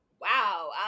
wow